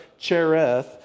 Chereth